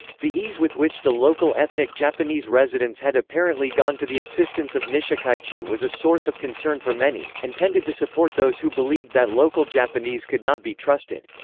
the ease with which the local ethnic japanese residents had apparently gone to the assistance of nishikaichi was a source of concern for many and tended to support those who believed that local japanese could not be trusted.